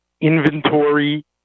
inventory